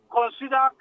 consider